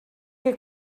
que